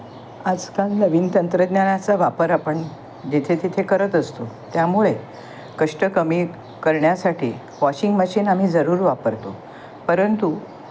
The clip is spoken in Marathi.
आजकाल नवीन तंत्रज्ञानाचा वापर आपण जिथे तिथे करत असतो त्यामुळे कष्ट कमी करण्यासाठी वॉशिंग मशीन आम्ही जरूर वापरतो परंतु